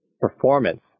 performance